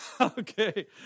Okay